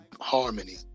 harmony